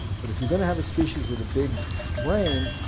but if you're going to have a species with a big brain,